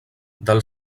del